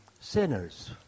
Sinners